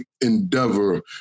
endeavor